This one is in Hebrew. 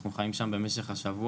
אנחנו חיים שם במשך השבוע,